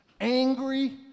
angry